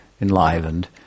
enlivened